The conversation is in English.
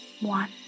One